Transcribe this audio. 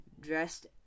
dressed